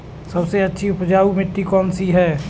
सबसे अच्छी उपजाऊ मिट्टी कौन सी है?